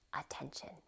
attention